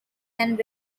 and